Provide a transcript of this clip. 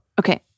Okay